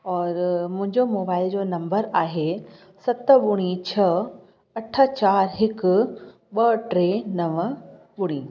और मुंहिंजो मोबाइल जो नम्बर आहे सत ॿुड़ी छह अठ चारि हिकु ॿ टे नव ॿुड़ी